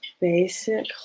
basic